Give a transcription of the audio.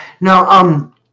Now